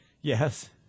Yes